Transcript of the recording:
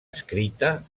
escrita